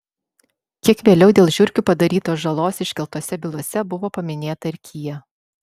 kiek vėliau dėl žiurkių padarytos žalos iškeltose bylose buvo paminėta ir kia